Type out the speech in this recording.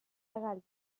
legal